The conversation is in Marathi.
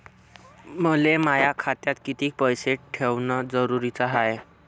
मले माया खात्यात कितीक पैसे ठेवण जरुरीच हाय?